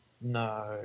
No